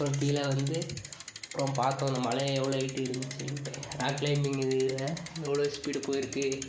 அப்றம் கீழே வந்து அப்றம் பார்த்தோம் அந்த மலையை எவ்வளோ ஹைட் இருந்துச்சுன்னு ராக் க்ளைம்பிங் இதில் எவ்வளோ ஸ்பீடு போயிருக்குது